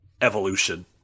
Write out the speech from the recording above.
evolution